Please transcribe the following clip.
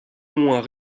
moins